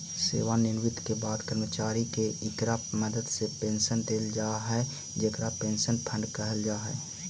सेवानिवृत्ति के बाद कर्मचारि के इकरा मदद से पेंशन देल जा हई जेकरा पेंशन फंड कहल जा हई